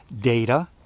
data